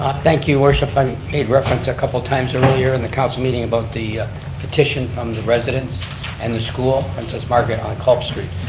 thank you, worship, i made reference a couple times here earlier in the council meeting about the petition from the residents and the school, princess margaret, on culp street.